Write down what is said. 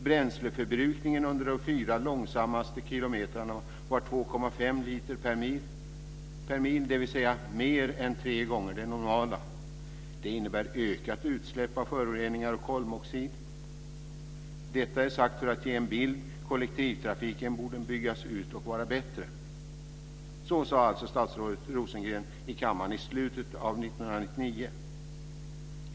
Bränsleförbrukningen under de fyra långsammaste kilometrarna var 2,5 liter per mil, dvs. mer än tre gånger det normala. Det innebär ökat utsläpp av föroreningar och kolmoxid. Detta är sagt för att ge en bild. Kollektivtrafiken borde byggas ut och vara bättre." Så sade alltså statsrådet Rosengren i kammaren i slutet av 1999.